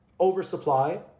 oversupply